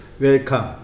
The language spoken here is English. welcome